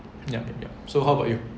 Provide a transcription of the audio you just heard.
yup yup so how about you